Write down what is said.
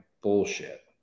bullshit